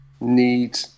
need